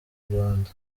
rwanda